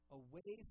away